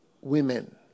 women